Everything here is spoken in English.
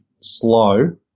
slow